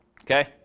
okay